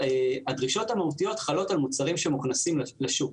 הדרישות המהותיות חלות על מוצרים שמוכנסים לשוק.